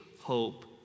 hope